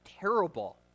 terrible